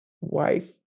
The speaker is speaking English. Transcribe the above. wife